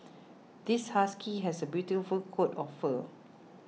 this husky has a beautiful coat of fur